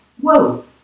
Whoa